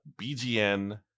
BGN